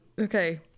okay